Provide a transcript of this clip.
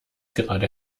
gerade